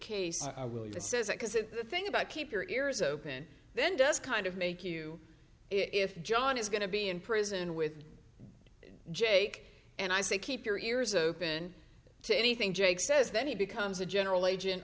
that says it because it the thing about keep your ears open then does kind of make you if john is going to be in prison with jake and i say keep your ears open to anything jake says then he becomes a general agent